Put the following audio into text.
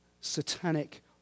satanic